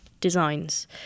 designs